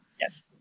Yes